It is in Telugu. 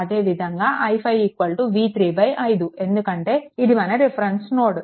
అదేవిధంగా i5 v3 5 ఎందుకంటే ఇది మన రిఫరెన్స్ నోడ్